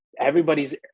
everybody's